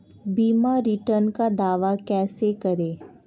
बीमा रिटर्न का दावा कैसे करें?